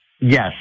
Yes